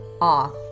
off